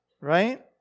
right